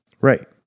Right